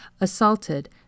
assaulted